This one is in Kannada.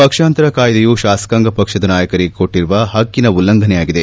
ಪಕ್ಷಾಂತರ ಕಾಯ್ದೆಯು ಶಾಸಕಾಂಗ ಪಕ್ಷದ ನಾಯಕರಿಗೆ ಕೊಟ್ಟರುವ ಹಕ್ಕಿನ ಉಲ್ಲಂಘನೆಯಾಗಿದೆ